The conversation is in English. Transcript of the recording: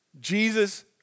Jesus